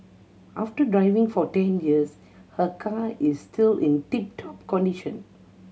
after driving for ten years her car is still in tip top condition